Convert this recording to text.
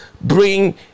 bring